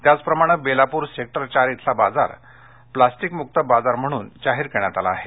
त्याचप्रमाणे बेलापूर सेक्टर चार इथला बाजार प्लास्टिकमुक्त बाजार म्हणून जाहीर करण्यात आला आहे